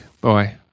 Bye